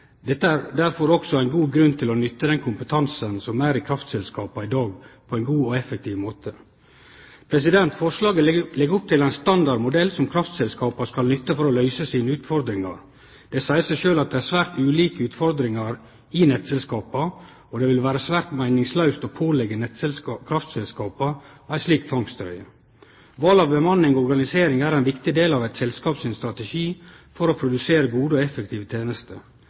Dette er derfor òg ein god grunn til å nytte den kompetansen som er i kraftselskapa i dag, på ein god og effektiv måte. Forslaget legg opp til ein standard modell som kraftselskapa skal nytte for å løyse sine utfordringar. Det seier seg sjølv at det er svært ulike utfordringar i nettselskapa, og det vil vere svært meiningslaust å påleggje kraftselskapa ei slik tvangstrøye. Val av bemanning og organisering er ein viktig del av eit selskap sin strategi for å produsere gode og effektive tenester.